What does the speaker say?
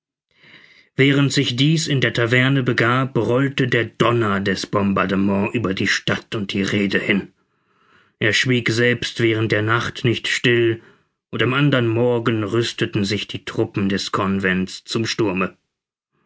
während sich dies in der taverne begab rollte der donner des bombardement über die stadt und die rhede hin er schwieg selbst während der nacht nicht still und am andern morgen rüsteten sich die truppen des convents zum sturme